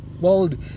world